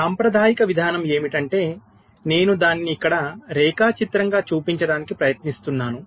సాంప్రదాయిక విధానం ఏమిటంటే నేను దానిని ఇక్కడ రేఖాచిత్రంగా చూపించడానికి ప్రయత్నిస్తున్నాను